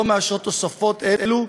לא מאשרות תוספות אלה,